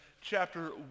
chapter